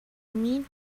mean